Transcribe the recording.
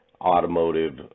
automotive